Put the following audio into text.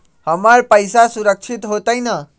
हमर पईसा सुरक्षित होतई न?